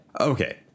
Okay